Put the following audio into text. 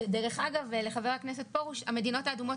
ודרך אגב לחבר הכנסת פרוש המדינות האדומות